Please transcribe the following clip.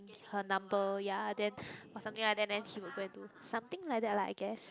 her number ya then or something like that he will go and do something like that lah I guess